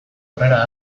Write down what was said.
aurrera